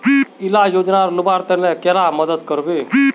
इला योजनार लुबार तने कैडा मदद करबे?